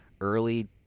early